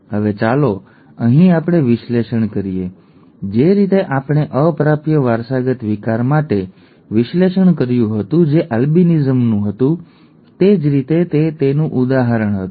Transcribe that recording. હવે ચાલો આપણે અહીં વિશ્લેષણ કરીએ જે રીતે આપણે અપ્રાપ્ય વારસાગત વિકાર માટે વિશ્લેષણ કર્યું હતું જે આલ્બિનિઝમ હતું તે જ રીતે તે તેનું ઉદાહરણ હતું